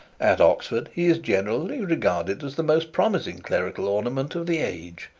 at oxford he is generally regarded as the most promising clerical ornament of the age.